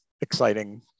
exciting